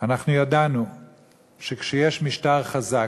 אנחנו ידענו שכשיש משטר חזק,